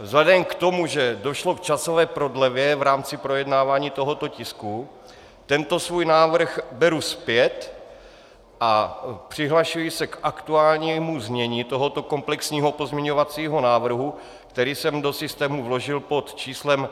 Vzhledem k tomu, že došlo k časové prodlevě v rámci projednávání tohoto tisku, tento svůj návrh beru zpět a přihlašuji se k aktuálnímu znění tohoto komplexního pozměňovacího návrhu, který jsem do systému vložil pod číslem 2636.